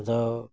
ᱟᱫᱚ